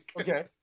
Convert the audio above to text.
Okay